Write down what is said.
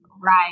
Right